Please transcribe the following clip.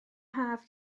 haf